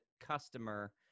customer